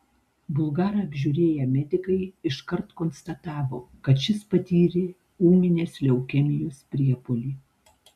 bulgarą apžiūrėję medikai iškart konstatavo kad šis patyrė ūminės leukemijos priepuolį